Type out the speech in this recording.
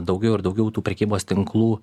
daugiau ir daugiau tų prekybos tinklų